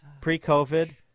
pre-COVID